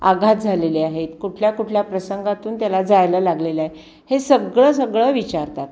आघात झालेले आहेत कुठल्या कुठल्या प्रसंगातून त्याला जायला लागलेलं आहे हे सगळं सगळं विचारतात